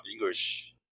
English